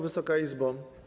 Wysoka Izbo!